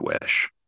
wish